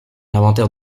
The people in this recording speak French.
inventaire